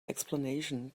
explanation